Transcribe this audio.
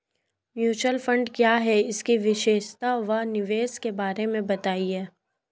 Mutual fund क्या है इसकी विशेषता व निवेश के बारे में बताइये?